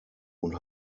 und